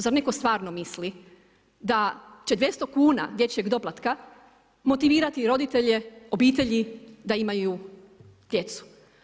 Zar netko stvarno misli da će 200 kuna dječjeg doplatka motivirati roditelje, obitelji da imaju djecu?